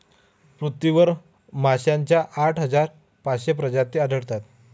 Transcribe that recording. पृथ्वीवर माशांच्या आठ हजार पाचशे प्रजाती आढळतात